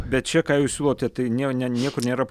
bet čia ką jūs siūlote tai ne ne niekur nėra